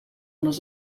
les